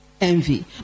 envy